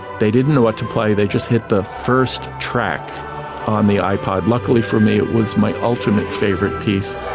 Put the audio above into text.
they didn't know what to play, they just hit the first track on the ipod, luckily for me it was my ultimate favourite piece,